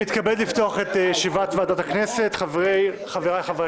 אני מתכבד לפתוח את ישיבת ועדת הכנסת, חבריי חברי